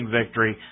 victory